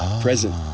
present